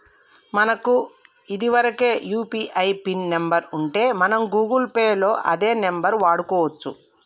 మనకు ఇదివరకే UPI PIN number ఉంటే మనం గూగుల్ పే లో అదే నెంబర్ వాడుకోవచ్చు